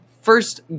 first